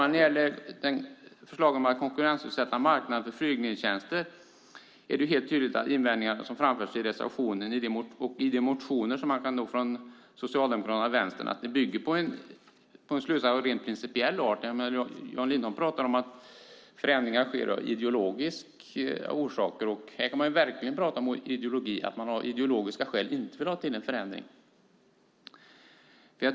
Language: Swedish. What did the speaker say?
När det gäller förslaget om att konkurrensutsätta marknaden för flygledningstjänster är det utifrån reservationen och motionerna från Socialdemokraterna och Vänstern helt tydligt att invändningarna bygger på en slutsats av rent principiell art. Jan Lindholm talar om förändringar av ideologiska orsaker. Men här kan man verkligen tala om ideologi, om att man av ideologiska skäl inte vill ha en förändring.